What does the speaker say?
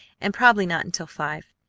and probably not until five.